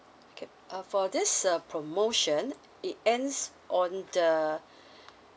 okay uh for this uh promotion it ends on the